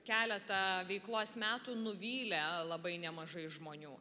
keletą veiklos metų nuvylė labai nemažai žmonių